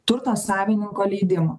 turto savininko leidimą